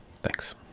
Thanks